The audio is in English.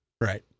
right